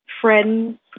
friends